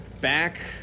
back